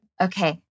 Okay